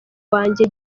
wanjye